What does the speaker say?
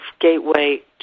gateway